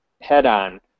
head-on